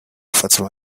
fatima